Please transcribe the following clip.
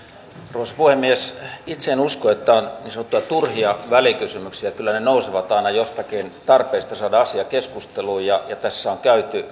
arvoisa puhemies itse en usko että on niin sanottuja turhia välikysymyksiä kyllä ne nousevat aina jostakin tarpeesta saada asia keskusteluun ja ja tässä on käyty